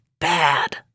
bad